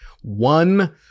one